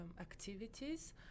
activities